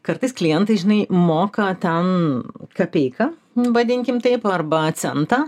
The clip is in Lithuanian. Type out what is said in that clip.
kartais klientai žinai moka ten kapeiką vadinkim taip arba centą